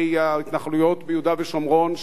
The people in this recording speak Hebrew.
לגבי ההתנחלויות ביהודה ושומרון,